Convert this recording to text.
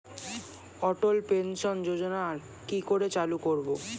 অটল pension যোজনার কি করে চালু করব?